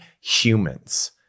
humans